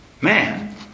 man